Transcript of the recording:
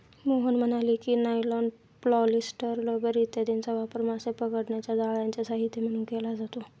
मोहन म्हणाले की, nylon, polyester, rubber इत्यादींचा वापर मासे पकडण्याच्या जाळ्यांचे साहित्य म्हणून केला जातो